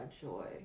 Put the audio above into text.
Joy